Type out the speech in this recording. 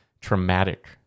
traumatic